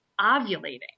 ovulating